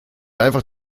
einfach